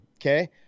Okay